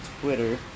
twitter